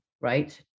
right